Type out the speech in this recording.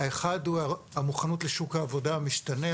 אחד הוא המוכנות לשוק העבודה המשתנה,